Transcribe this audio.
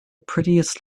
prettiest